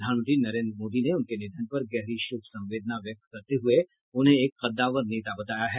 प्रधानमंत्री नरेन्द्र मोदी ने उनके निधन पर गहरी शोक संवेदना व्यक्त करते हुये उन्हें एक कद्दावर नेता बताया है